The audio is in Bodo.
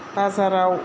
बाजाराव